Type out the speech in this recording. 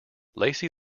lacey